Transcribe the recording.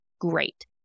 great